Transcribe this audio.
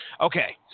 Okay